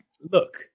Look